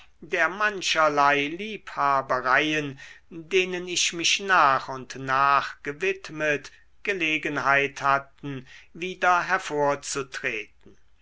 der mancherlei liebhabereien denen ich mich nach und nach gewidmet gelegenheit hatten wieder